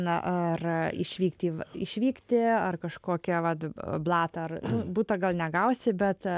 na ar išvykti išvykti ar kažkokią vat blatą ar butą gal negausi bet